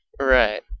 Right